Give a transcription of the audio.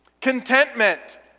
contentment